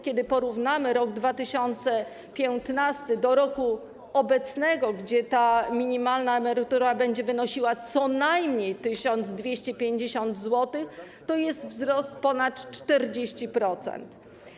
Kiedy porównamy rok 2015 do roku obecnego, kiedy ta minimalna emerytura będzie wynosiła co najmniej 1250 zł, to widzimy wzrost o ponad 40%.